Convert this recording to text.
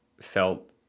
felt